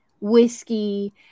whiskey